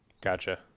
Gotcha